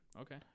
Okay